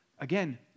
Again